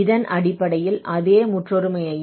இதன் அடிப்படையில் அதே முற்றொருமையாகும்